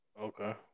Okay